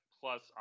Plus